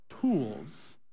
tools